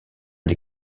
les